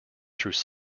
through